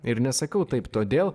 ir nesakau taip todėl